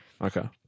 Okay